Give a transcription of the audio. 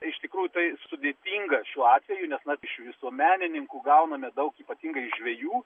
iš tikrųjų tai sudėtinga šiuo atveju net mat iš visuomenininkų gauname daug ypatingai žvejų